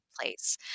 place